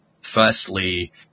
Firstly